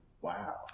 Wow